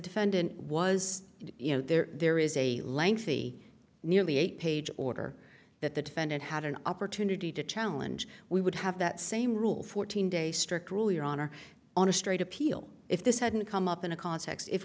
defendant was you know there is a lengthy nearly eight page order that the defendant had an opportunity to challenge we would have that same rule fourteen day strict rule your honor on a straight appeal if this hadn't come up in a context if